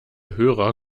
hörer